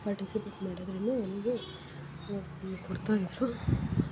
participate ಮಾಡೋದರಿಂದ ನನಗೆ ಕೊಡ್ತಾ ಇದ್ದರು